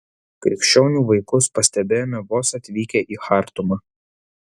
krikščionių vaikus pastebėjome vos atvykę į chartumą